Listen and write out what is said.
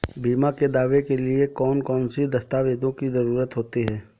बीमा के दावे के लिए कौन कौन सी दस्तावेजों की जरूरत होती है?